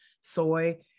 soy